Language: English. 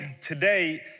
today